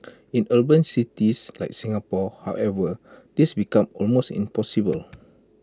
in urban cities like Singapore however this becomes almost impossible